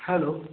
hello